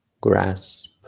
grasp